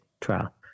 trial